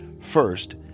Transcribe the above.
First